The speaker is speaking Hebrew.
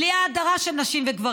בלי ההדרה של גברים ונשים.